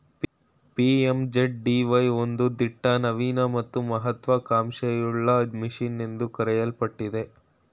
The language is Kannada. ಪಿ.ಎಂ.ಜೆ.ಡಿ.ವೈ ಒಂದು ದಿಟ್ಟ ನವೀನ ಮತ್ತು ಮಹತ್ವ ಕಾಂಕ್ಷೆಯುಳ್ಳ ಮಿಷನ್ ಎಂದು ಕರೆಯಲ್ಪಟ್ಟಿದೆ